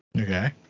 Okay